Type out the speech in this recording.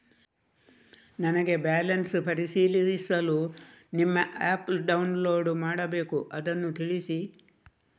ನನಗೆ ಬ್ಯಾಲೆನ್ಸ್ ಪರಿಶೀಲಿಸಲು ನಿಮ್ಮ ಆ್ಯಪ್ ಡೌನ್ಲೋಡ್ ಮಾಡಬೇಕು ಅದನ್ನು ತಿಳಿಸಿ?